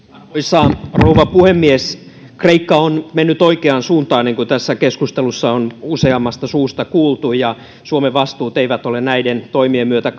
arvoisa rouva puhemies kreikka on mennyt oikeaan suuntaan niin kuin tässä keskustelussa on useammasta suusta kuultu ja suomen vastuut eivät ole näiden toimien myötä